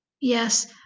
Yes